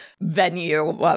venue